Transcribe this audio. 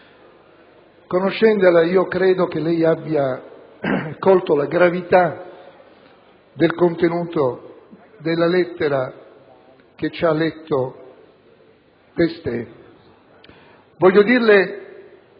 conoscendola, credo che lei abbia colto la gravità del contenuto della lettera che ci ha testé letto.